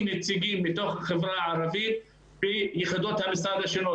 נציגים מתוך החברה הערבית ביחידות המשרד השונות.